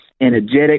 energetic